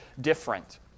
different